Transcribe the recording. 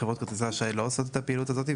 חברות כרטיסי אשראי לא עושות את הפעילות הזאת.